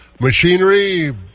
machinery